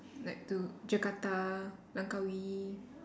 like to Jakarta Langkawi